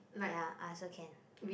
ya I also can